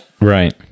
Right